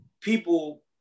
people